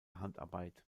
handarbeit